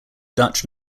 dutch